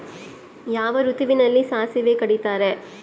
ಯಾವ ಋತುವಿನಲ್ಲಿ ಸಾಸಿವೆ ಕಡಿತಾರೆ?